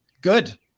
Good